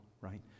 right